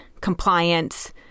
compliance